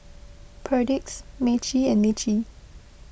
Perdix Meiji and Meiji